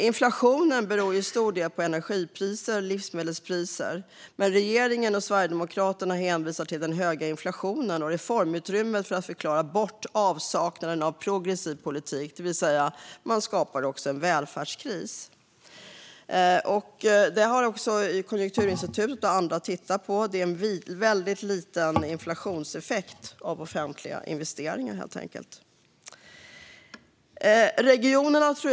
Inflationen beror till stor del på energipriser och livsmedelspriser, men regeringen och Sverigedemokraterna hänvisar till den höga inflationen och reformutrymmet för att förklara bort avsaknaden av progressiv politik, det vill säga man skapar en välfärdskris. Konjunkturinstitutet har tittat på detta, och det är helt enkelt en mycket liten inflationseffekt av offentliga investeringar.